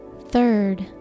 third